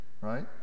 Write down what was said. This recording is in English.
right